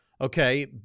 Okay